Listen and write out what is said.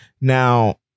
Now